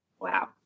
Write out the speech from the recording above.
Wow